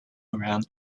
around